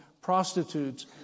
prostitutes